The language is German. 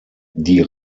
die